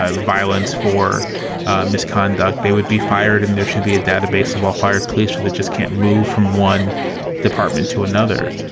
ah violence, for misconduct. they would be fired and there should be a database of all fired police that just can't move from one department to another.